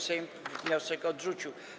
Sejm wniosek odrzucił.